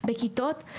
בכיתות.